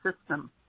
system